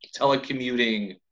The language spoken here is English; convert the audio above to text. telecommuting